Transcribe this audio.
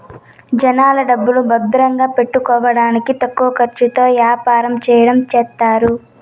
జనాల డబ్బులు భద్రంగా పెట్టుకోడానికి తక్కువ ఖర్చుతో యాపారం చెయ్యడం చేస్తారు